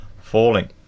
falling